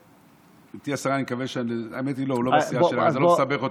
גברתי השרה, הוא לא בסיעה שלי, אז לא נסבך אותו.